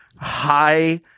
high